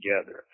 together